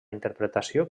interpretació